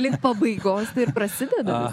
link pabaigos ir prasideda